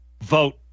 vote